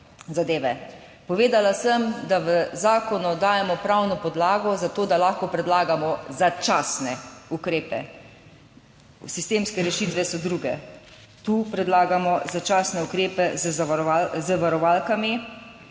zadeve. Povedala sem da v zakonu dajemo pravno podlago za to, da lahko predlagamo začasne ukrepe. Sistemske rešitve so druge. Tu predlagamo začasne ukrepe z varovalkami.